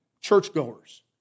churchgoers